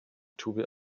tube